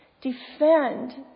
defend